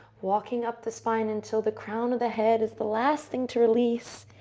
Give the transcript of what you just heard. walking up the spine until the crown of the head is the last thing to release.